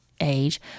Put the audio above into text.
age